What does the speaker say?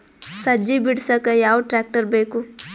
ಸಜ್ಜಿ ಬಿಡಸಕ ಯಾವ್ ಟ್ರ್ಯಾಕ್ಟರ್ ಬೇಕು?